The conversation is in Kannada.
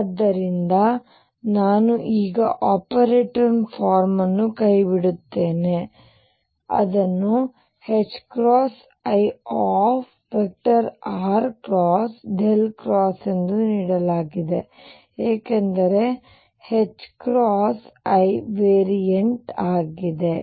ಆದ್ದರಿಂದ ನಾನು ಈಗ ಆಪರೇಟರ್ ಫಾರ್ಮ್ ಅನ್ನು ಕೈಬಿಡುತ್ತೇನೆ ಅದನ್ನು i ಎಂದು ನೀಡಲಾಗಿದೆ ಏಕೆಂದರೆ i ವೇರಿಯಂಟ್ ಆಗಿದೆ